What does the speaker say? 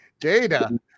Data